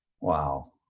Wow